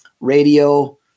radio